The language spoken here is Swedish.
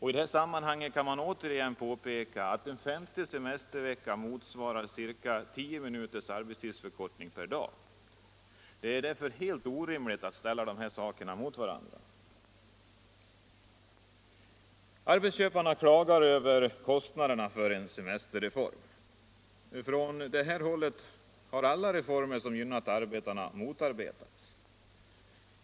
I det sammanhanget kan återigen påpekas att en femte semestervecka motsvarar bara ca 10 minuters arbetstidsförkortning per dag. Det är därför helt orimligt att ställa de båda sakerna mot varandra. Arbetsköparna klagar över kostnaderna för en semesterreform, men från det hållet har alla reformer som gynnat arbetarna motarbetats.